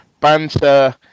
banter